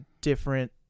different